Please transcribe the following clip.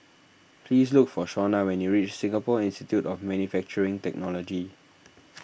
please look for Shona when you reach Singapore Institute of Manufacturing Technology